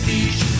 Beach